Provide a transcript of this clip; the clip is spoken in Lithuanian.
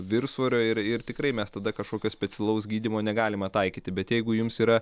viršsvorio ir ir tikrai mes tada kažkokio specialaus gydymo negalime taikyti bet jeigu jums yra